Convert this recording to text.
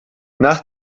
nach